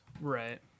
right